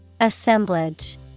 Assemblage